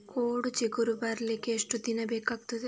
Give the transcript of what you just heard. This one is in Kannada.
ಕೋಡು ಚಿಗುರು ಬರ್ಲಿಕ್ಕೆ ಎಷ್ಟು ದಿನ ಬೇಕಗ್ತಾದೆ?